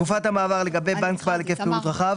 תקופת המעבר לגבי בנק בעל היקף פעילות רחב,